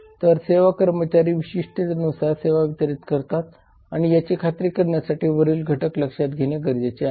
तर सेवा कर्मचारी विशिष्टतेनुसार सेवा वितरीत करतात याची खात्री करण्यासाठी वरील घटक लक्षात घेणे गरजेचे आहे